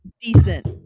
decent